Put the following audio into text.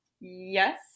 Yes